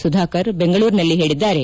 ಸುಧಾಕರ್ ಬೆಂಗಳೂರಿನಲ್ಲಿ ಹೇಳಿದ್ದಾರೆ